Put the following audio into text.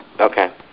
Okay